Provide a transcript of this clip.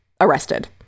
arrested